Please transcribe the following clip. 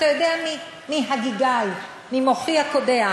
אתה יודע מהגיגי, ממוחי הקודח.